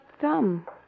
thumb